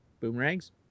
Boomerangs